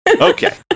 okay